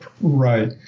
Right